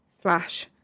Slash